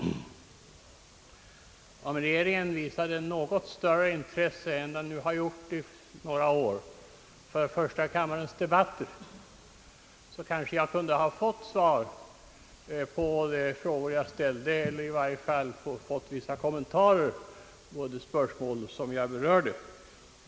Om regeringen visade ett något större intresse än den har gjort i några år för första kammarens debatter, kanske jag ändå kunnat få svar på de frågor som jag ställde eller i varje fall vissa kommentarer till de spörsmål som jag berörde.